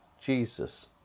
Jesus